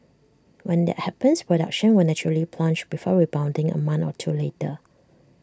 when that happens production will naturally plunge before rebounding A month or two later